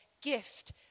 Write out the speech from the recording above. gift